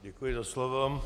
Děkuji za slovo.